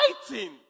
fighting